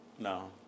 No